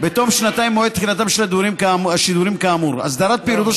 בתום שנתיים ממועד תחילתם של השידורים כאמור אסדרת פעילותו